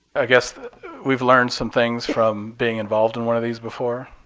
i guess we've learned some things from being involved in one of these before.